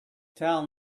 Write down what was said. tell